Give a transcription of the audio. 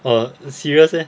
orh serious meh